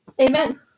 Amen